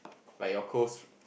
like your close